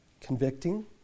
Convicting